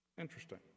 interesting